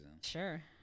Sure